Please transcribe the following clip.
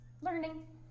learning